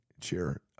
chair